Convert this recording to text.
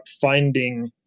finding